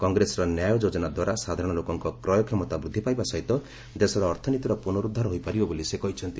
କଂଗ୍ରେସର ନ୍ୟାୟ ଯୋଜନା ଦ୍ୱାରା ସାଧାରଣଲୋକଙ୍କ କ୍ରୟ କ୍ଷମତା ବୃଦ୍ଧି ପାଇବା ସହିତ ଦେଶର ଅର୍ଥନୀତିର ପୁନରୁଦ୍ଧାର ହୋଇପାରିବ ବୋଲି ସେ କହିଚ୍ଛନ୍ତି